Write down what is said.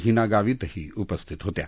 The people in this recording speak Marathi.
हिना गावितही उपस्थित होत्या